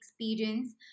experience